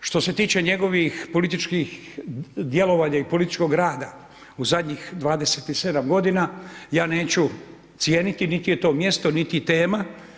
Što se tiče njegovih političkih djelovanja i političkog rada u zadnjih 27 godina, ja neću cijeniti niti je to mjesto, niti tema.